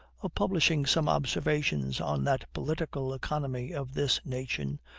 of publishing some observations on that political economy of this nation,